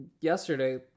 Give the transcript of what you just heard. yesterday